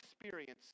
experience